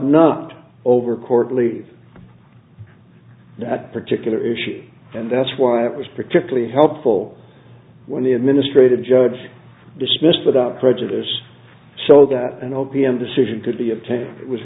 not over courtly that particular issue and that's why it was particularly helpful when the administrative judge dismissed without prejudice so that an o p m decision could be